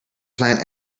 plant